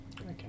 Okay